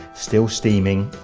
still steaming.